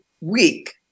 week